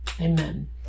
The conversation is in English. Amen